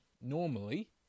normally